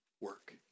work